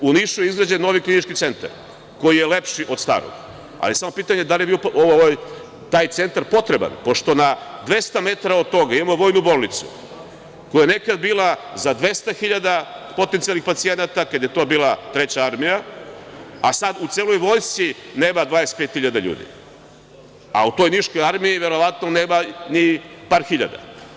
U Nišu je izgrađen novi klinički centar koji je lepši od starog, ali je samo pitanje da li je taj centar potreban, pošto na 200 metara od toga imamo vojnu bolnicu koja je nekada bila za 200.000 potencijalnih pacijenata, kada je to bila Treća armija, a sad u celoj vojsci nema 25.000 ljudi, a u toj niškoj armiji verovatno nema ni par hiljada.